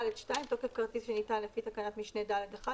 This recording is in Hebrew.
(ד2) תוקף כרטיס שניתן לפי תקנת משנה (ד1)